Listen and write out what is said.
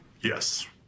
yes